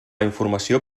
informació